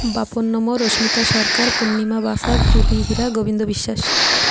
ବାପ ନମର୍ ରଶ୍ମିତା ସରକାର୍ ପୂର୍ଣ୍ଣିମା ବାସାର୍ ଜୁଲି ହୀରା ଗୋବିନ୍ଦ ବିଶ୍ୱାସ